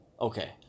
Okay